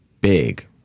big